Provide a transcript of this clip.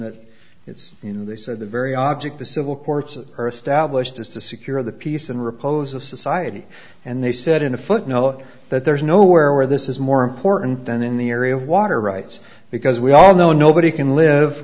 that it's you know they said the very object the civil courts are stablished is to secure the peace and repose of society and they said in a footnote that there's nowhere where this is more important than in the area of water rights because we all know nobody can live